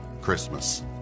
Christmas